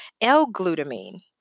L-glutamine